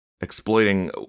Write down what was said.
exploiting